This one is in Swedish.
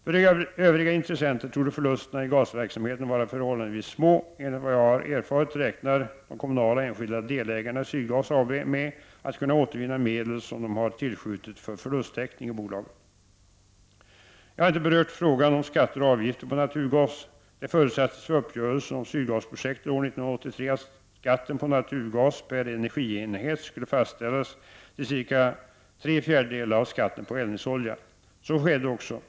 För övriga intressenter torde förlusterna i gasverksamheten vara förhål landevis små. Enligt vad jag har erfarit räknar de kommunala och de enskilda delägarna i Sydgas AB med att kunna återvinna medel som de har tillskjutit för förlusttäckning i bolaget. Jag har inte berört frågan om skatter och avgifter på naturgas. Det förutsattes vid uppgörelsen om Sydgasprojektet år 1983 att skatten på naturgas per energienhet skulle fastställas till cirka tre fjärdedelar av skatten på eldningsolja. Så skedde också.